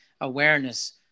awareness